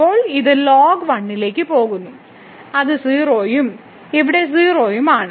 ഇപ്പോൾ ഇത് ln1 ലേക്ക് പോകുന്നു അത് 0 ഉം ഇവിടെ 0 ഉം ആണ്